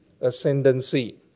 ascendancy